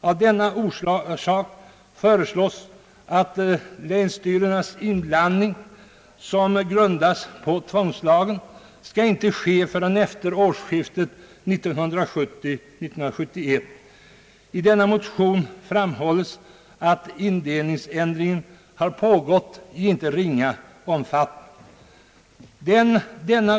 Av denna orsak föreslås att länsstyrelsernas inblandning, som grundas på tvångslagen, inte skall ske förrän efter årsskiftet 1970—1971. I motionen framhålles att indelningsändring har pågått i en icke ringa omfattning.